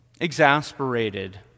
exasperated